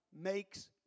makes